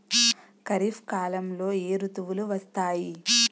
ఖరిఫ్ కాలంలో ఏ ఋతువులు వస్తాయి?